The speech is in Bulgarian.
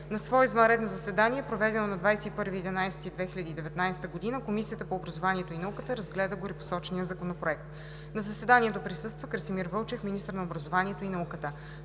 На свое извънредно заседание, проведено на 21 ноември 2019 г., Комисията по образованието и науката разгледа горепосочения законопроект. На заседанието присъства Красимир Вълчев – министър на образованието и науката.